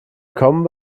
gekommen